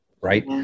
Right